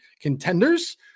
contenders